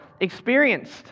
experienced